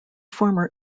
former